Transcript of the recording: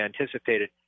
anticipated